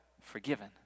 forgiven